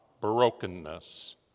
brokenness